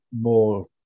more